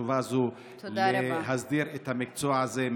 החשובה הזאת כדי להסדיר את המקצוע הזה,